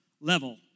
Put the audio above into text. level